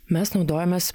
mes naudojomės